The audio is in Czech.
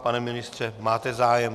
Pane ministře, máte zájem?